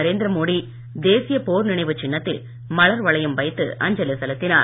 நரேந்திர மோடி தேசிய போர் நினைவு சின்னத்தில் மலர் வளையம் வைத்து அஞ்சலி செலுத்தினார்